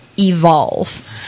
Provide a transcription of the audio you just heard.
evolve